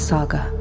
Saga